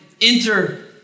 enter